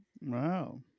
wow